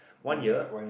one year